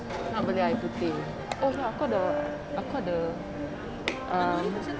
nak beli air putih oh ya aku ada aku ada um